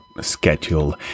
schedule